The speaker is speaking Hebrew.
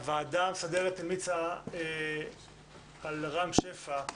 הוועדה המסדרת המליצה על רם שפע.